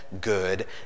good